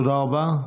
תודה רבה.